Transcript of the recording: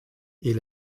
est